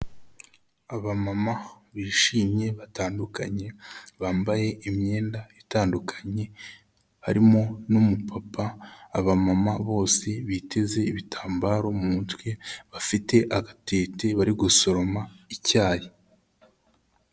Abamama bishimye batandukanye, bambaye imyenda itandukanye, harimo n'umupapa, abamama bose biteze ibitambaro mu mutwe, bafite agatete bari gusoroma icyayi.